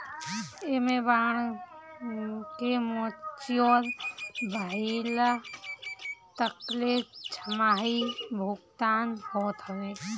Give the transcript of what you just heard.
एमे बांड के मेच्योर भइला तकले छमाही भुगतान होत हवे